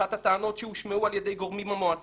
אחת הטענות שהושמעו על ידי גורמים במועצה,